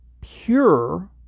pure